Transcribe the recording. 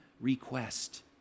request